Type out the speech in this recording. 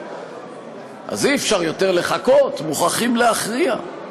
אז אי-אפשר יותר לחכות, מוכרחים להכריע.